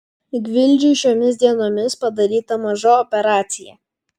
gvildžiui šiomis dienomis padaryta maža operacija